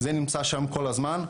זה נמצא שם כל הזמן,